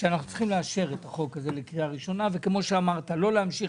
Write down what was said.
שאנחנו צריכים לאשר את החוק הזה לקריאה ראשונה וכמו שאמרת לא להמשיך